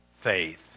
faith